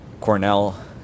Cornell